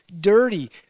dirty